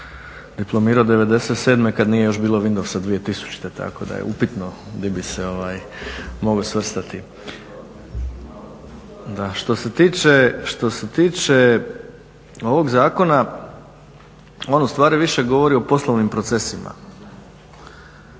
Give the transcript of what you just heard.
diplomirao '97. kad nije bilo još Windowsa 2000. tako da je upitno di bi se mogao svrstati. Što se tiče ovog zakona, on u stvari više govori o poslovnim procesima.